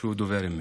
שהוא דובר אמת.